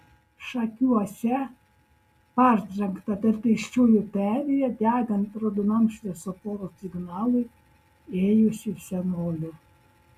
šakiuose partrenkta per pėsčiųjų perėją degant raudonam šviesoforo signalui ėjusi senolė